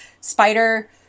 spider